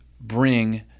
bring